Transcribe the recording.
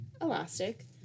elastic